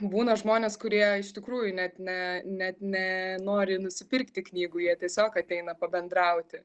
būna žmonės kurie iš tikrųjų net ne net ne nori nusipirkti knygų jie tiesiog ateina pabendrauti